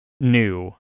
new